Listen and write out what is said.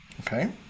okay